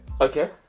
Okay